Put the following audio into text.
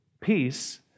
Peace